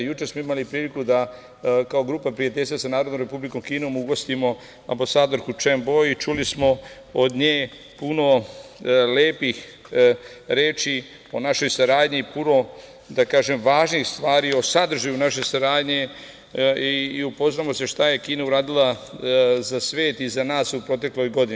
Juče smo imali priliku da kao Grupa prijateljstva sa Narodnom Republikom Kinom ugostimo ambasadorku Čen Bo i čuli smo od nje puno lepih reči o našoj saradnji, puno važnih stvari o sadržaju naše saradnje i upoznamo se šta je Kina uradila za svet i za nas u protekloj godini.